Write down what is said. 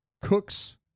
Cooks